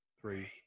Three